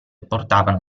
portavano